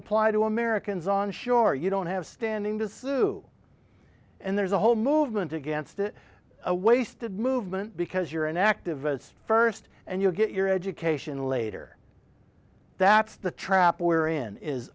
apply to americans on shore you don't have standing to sue and there's a whole movement against it a wasted movement because you're an activist first and you'll get your education later that's the trap